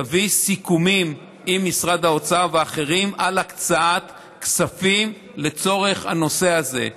תביא סיכומים עם משרד האוצר ואחרים על הקצאת כספים לצורך הנושא הזה.